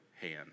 hand